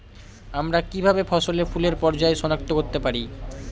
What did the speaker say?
আমরা কিভাবে ফসলে ফুলের পর্যায় সনাক্ত করতে পারি?